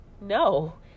no